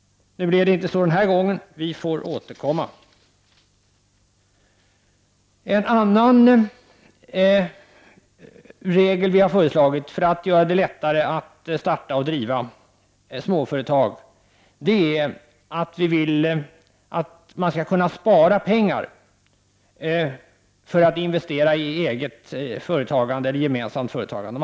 Nu blev det inte så denna gång, men vi får återkomma. En annan regel som miljöpartiet har föreslagit för att göra det lättare att starta och driva småföretag är att det skall vara möjligt att spara pengar för att kunna investera i eget företagande eller gemensamt med andra.